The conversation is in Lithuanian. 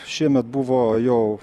šiemet buvo jau